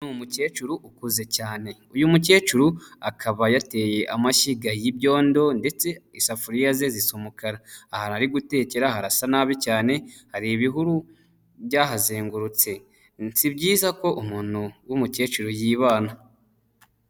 Ni umukecuru ukuze cyane, uyu mukecuru akaba yateye amashyiga y'ibyondo ndetse isafuriya ze zisa umukara, ahantu ari gutekera harasa nabi cyane, hari ibihuru byahazengurutse, si byiza ko umuntu w'umukecuru yibana.